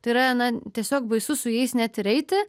tai yra na tiesiog baisu su jais net ir eiti